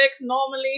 normally